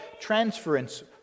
transference